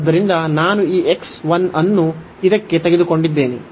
ಆದ್ದರಿಂದ ನಾನು ಈ x 1 ಅನ್ನು ಇದಕ್ಕೆ ತೆಗೆದುಕೊಂಡಿದ್ದೇನೆ